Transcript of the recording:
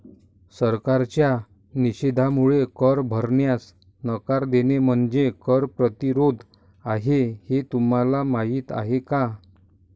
सरकारच्या निषेधामुळे कर भरण्यास नकार देणे म्हणजे कर प्रतिरोध आहे हे तुम्हाला माहीत आहे का